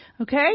Okay